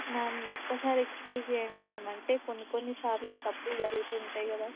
ma'am ఒక్కసారి excuse చేయండి ma'am అంటే కొన్ని కొన్ని సార్లు తప్పులు జరుగుతుంటాయి కదా